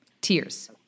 Tears